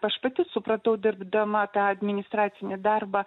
aš pati supratau dirbdama tą administracinį darbą